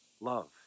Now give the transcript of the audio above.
love